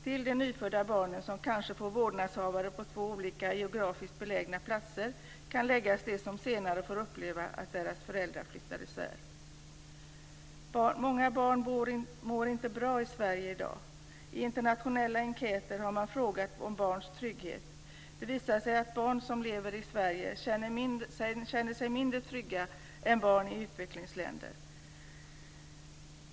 Till de nyfödda barn som kanske får vårdnadshavare på två geografiskt olika belägna platser kan läggas de som senare får uppleva att föräldrarna flyttar isär. Många barn mår inte bra i Sverige i dag. I internationella enkäter har man frågat om barns trygghet. Det visar sig att barn som lever i Sverige känner sig mindre trygga än barn i utvecklingsländer.